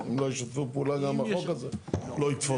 אם לא ישתפו פעולה גם החוק הזה לא יתפוס.